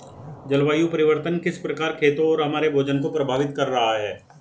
जलवायु परिवर्तन किस प्रकार खेतों और हमारे भोजन को प्रभावित कर रहा है?